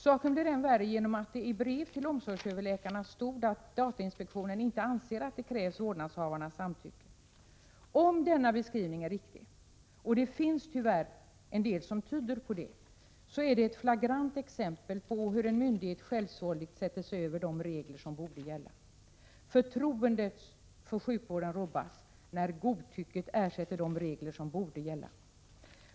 Saken blir än värre genom att det i brev till omsorgsöverläkarna stod att datainspektionen inte anser att vårdnadshavarnas samtycke krävs. Om denna beskrivning är riktig, och det finns tyvärr en del som tyder på detta, är det ett flagrant exempel på hur en myndighet självsvåldigt sätter sig över de regler som borde gälla. Förtroendet för sjukvården rubbas, när godtycket ersätter de regler som borde gälla.